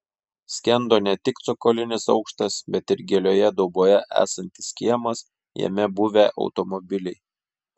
skendo ne tik cokolinis aukštas bet ir gilioje dauboje esantis kiemas jame buvę automobiliai